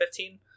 2015